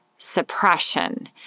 Suppression